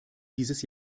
dieses